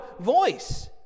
voice